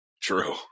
True